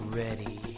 ready